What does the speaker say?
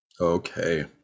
Okay